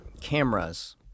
Cameras